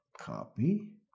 copy